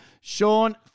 Sean